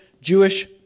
Jewish